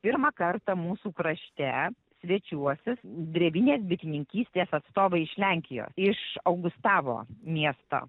pirmą kartą mūsų krašte svečiuosis drevinės bitininkystės atstovai iš lenkijos iš augustavo miesto